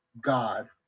God